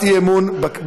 חבר הכנסת גפני, בבקשה,